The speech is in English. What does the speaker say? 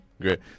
great